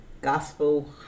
Gospel